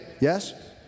Yes